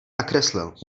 nakreslil